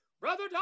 Brother